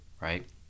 right